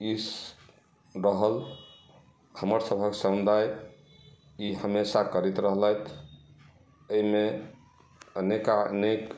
ई रहल हमर सभक समुदाय ई हमेशा करैत रहलथि एहिमे अनेका अनेक